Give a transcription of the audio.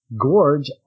gorge